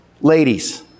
ladies